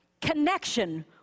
connection